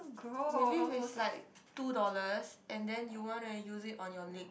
maybe if it's like two dollars and then you wanna use it on your leg